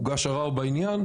הוגש ערר בעניין,